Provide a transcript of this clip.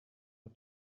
are